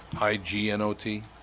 I-G-N-O-T